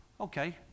okay